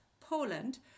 Poland